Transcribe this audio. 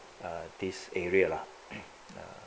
ah this area lah